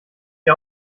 ihr